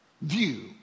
view